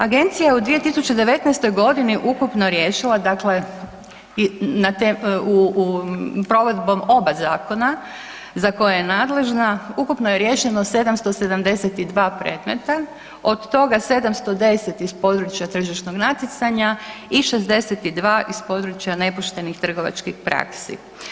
Agencija je u 2019.g. ukupno riješila dakle provedbom oba zakona za koje je nadležna, ukupno je riješeno 772 predmeta, od toga 710 iz područja tržišnog natjecanja i 62 iz područja nepoštenih trgovačkih praksi.